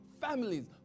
families